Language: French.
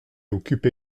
occupe